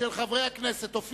חבר הכנסת אורון?